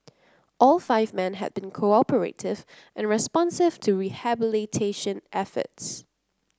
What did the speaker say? all five men had been cooperative and responsive to rehabilitation efforts